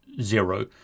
zero